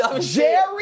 Jerry